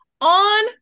on